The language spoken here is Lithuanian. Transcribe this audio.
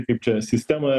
kaip čia sistemą